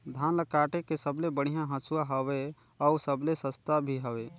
धान ल काटे के सबले बढ़िया हंसुवा हवये? अउ सबले सस्ता भी हवे?